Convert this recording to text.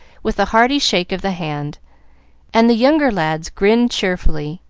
with a hearty shake of the hand and the younger lads grinned cheerfully,